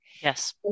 Yes